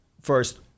first